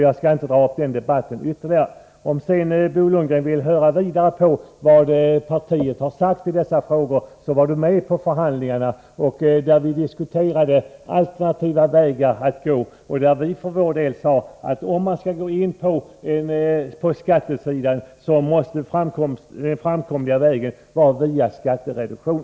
Jag skall inte debattera den saken ytterligare. Bo Lundgren har dessutom kunnat höra vad centerpartiet vidare har sagt i dessa frågor, eftersom han var med vid de förhandlingar där vi diskuterade alternativa vägar att gå. Vi sade då: Om man skall gå in på skattesidan, måste den framkomliga vägen vara via skattereduktion.